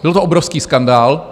Byl to obrovský skandál.